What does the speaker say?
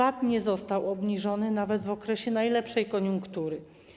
VAT nie został obniżony nawet w okresie najlepszej koniunktury.